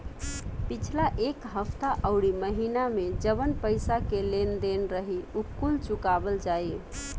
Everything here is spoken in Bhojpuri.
पिछला एक हफ्ता अउरी महीना में जवन पईसा के लेन देन रही उ कुल चुकावल जाई